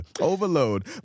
Overload